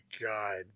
God